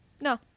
No